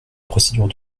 procédure